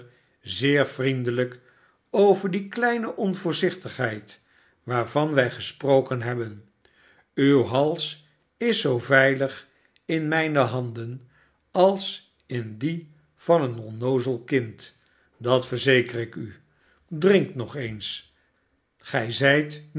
zeer vriendelijk over die kleine onvoorzichtigheid waarvan wij gesproken hebben uw hals is zoo veilig in mijne handen als in die van een onnoozel kind dat verzeker ik u drink nog eens gij zijt